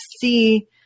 see